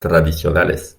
tradicionales